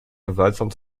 gewaltsam